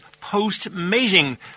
post-mating